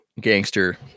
gangster